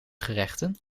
gerechten